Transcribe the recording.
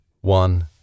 one